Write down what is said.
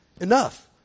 Enough